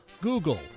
Google